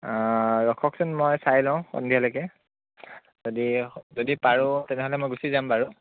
অ' ৰখকচোন মই চাই লওঁ সন্ধিয়ালৈকে যদি যদি পাৰো তেনেহ'লে মই গুচি যাম বাৰু